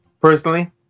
Personally